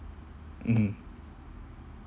mm